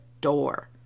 door